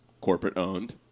corporate-owned